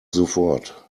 sofort